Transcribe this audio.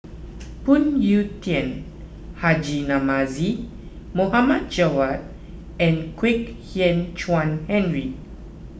Phoon Yew Tien Haji Namazie Mohd Javad and Kwek Hian Chuan Henry